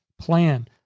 plan